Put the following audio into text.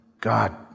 God